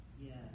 yes